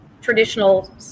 traditional